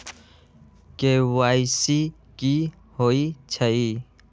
KYC कि होई छई?